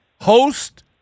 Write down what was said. host